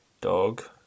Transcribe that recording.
dog